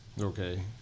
Okay